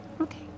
Okay